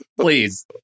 please